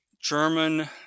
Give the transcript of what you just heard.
German